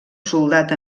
soldat